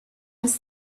was